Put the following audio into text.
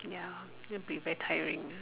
ya that would be very tiring